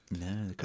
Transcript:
No